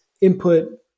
input